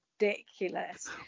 Ridiculous